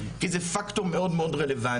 כי זה פקטור מאוד רלבנטי.